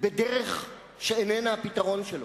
בדרך שאיננה הפתרון שלו.